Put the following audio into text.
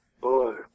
boy